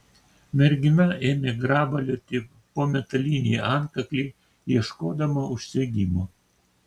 mergina ėmė grabalioti po metalinį antkaklį ieškodama užsegimo